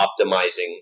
optimizing